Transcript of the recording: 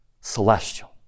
celestial